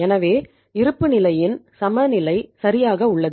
எனவே இருப்புநிலையின் சமநிலை சரியாக உள்ளது